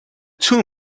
two